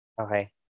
Okay